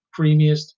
creamiest